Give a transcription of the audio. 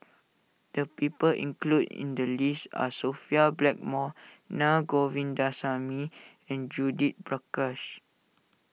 the people included in the list are Sophia Blackmore Naa Govindasamy and Judith Prakash